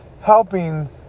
helping